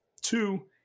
Two